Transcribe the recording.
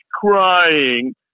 crying